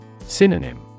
Synonym